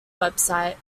website